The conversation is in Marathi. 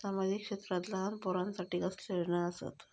सामाजिक क्षेत्रांत लहान पोरानसाठी कसले योजना आसत?